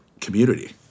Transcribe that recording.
community